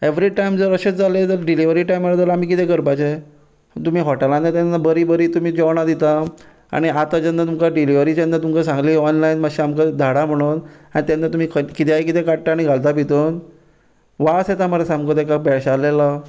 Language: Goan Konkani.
एवरी टायम जर अशेंच जालें जाल्यार डिलिव्हरी टायमार तर आमी कितें करपाचें आनी तुमी हॉटेलांत येता तेन्ना तुमी बरीं बरीं जेवणां दिता आनी आतां जेन्ना डिलिव्हरी जेन्ना तुमकां सांगली ऑनलायन मातशे आमकां धाडा म्हुणून तेन्ना तुमी कित्या कितेंय काडटा आनी घालता तितून वास येता मरे सामको तेका भेळशेलेलो